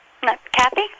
Kathy